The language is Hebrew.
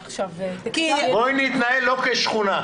בואי נתנהל לא כשכונה.